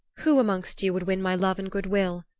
who amongst you would win my love and goodwill?